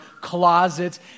closets